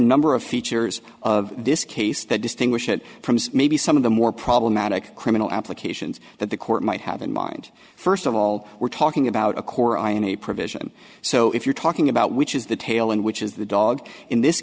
number of features of this case that distinguish it from maybe some of the more problematic criminal applications that the court might have in mind first of all we're talking about a core and a provision so if you're talking about which is the tail and which is the dog in this